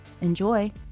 Enjoy